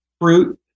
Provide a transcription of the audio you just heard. fruit